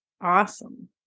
Awesome